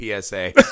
PSA